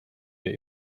wir